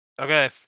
Okay